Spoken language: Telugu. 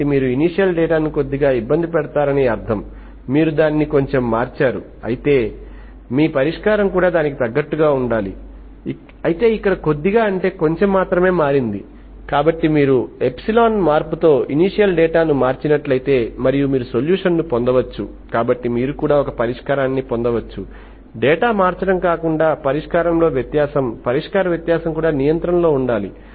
కాబట్టి మీరు ఇనీషియల్ డేటాను కొద్దిగా ఇబ్బంది పెడతారని అర్థం మీరు దానిని కొంచెం మార్చారు అయితే మీ పరిష్కారం కూడా దానికి తగ్గట్టుగా మార్చబడాలి అయితే ఇక్కడ కొద్దిగాఅంటే కొంచెం మాత్రమే మారింది కాబట్టి మీరు ఎప్సిలాన్ మార్పుతో ఇనీషియల్ డేటా ను మాత్రమే మార్చినట్లయితే మరియు మీరు సొల్యూషన్ పొందవచ్చు కాబట్టి మీరు కూడా ఒక పరిష్కారాన్ని పొందవచ్చు డేటా మార్చటం కాకుండా పరిష్కారం లో వ్యత్యాసం పరిష్కార వ్యత్యాసం కూడా నియంత్రణలో ఉంటుంది